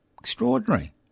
Extraordinary